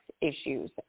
issues